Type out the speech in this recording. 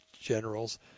generals